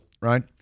Right